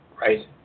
right